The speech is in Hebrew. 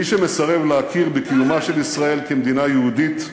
מי שמסרב להכיר בקיומה של ישראל כמדינה יהודית,